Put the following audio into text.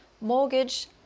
mortgage